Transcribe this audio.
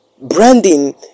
Branding